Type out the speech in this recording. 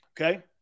Okay